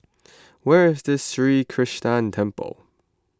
where is Sri Krishnan Temple